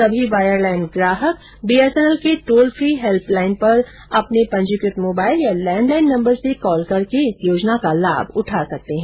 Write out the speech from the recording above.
सभी वायरलाइन ग्राहक बीएसएनएल के टोल फ्री हेल्पलाइन पर अपने पंजीकृत मोबाइल या लैंडलाइन नंबर से कॉल करके इस योजना का लाभ उठा सकते हैं